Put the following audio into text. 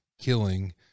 killing